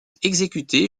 exécuter